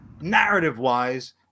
narrative-wise